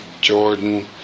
Jordan